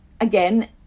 again